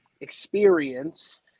experience